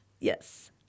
Yes